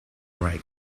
write